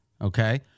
Okay